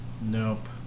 Nope